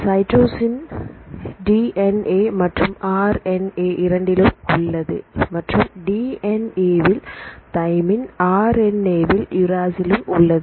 cytosine D N A மற்றும் R N A இரண்டிலும் உள்ளது மற்றும் டி என் ஏ வில் தைமின் ஆர் என் ஏ வில் யூராசில் லும் உள்ளது